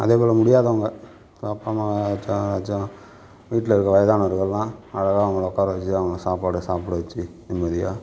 அதே போல் முடியாதவங்க இப்போ அப்பா அம்மா யாராச்சும் வீட்டிலிருக்க வயதானவர்கள்லாம் அழகாக அவங்களை உட்கார வச்சு அவங்க சாப்பாடை சாப்பிட வச்சு நிம்மதியாக